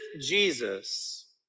Jesus